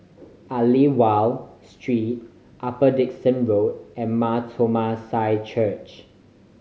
Aliwal Street Upper Dickson Road and Mar Thoma Syrian Church